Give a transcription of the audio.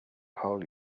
call